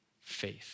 faith